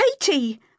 Katie